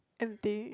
empty